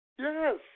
Yes